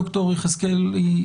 ד"ר יחזקאלי,